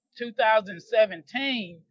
2017